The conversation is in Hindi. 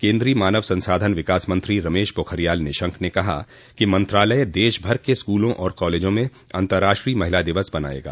केन्द्रीय मानव संसाधन विकास मंत्री रमेश पोखरियाल निशंक ने कहा कि मंत्रालय देशभर क स्कूलों और कॉलेजों में अंतराष्ट्रीय महिला दिवस मनाएगा